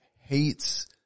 hates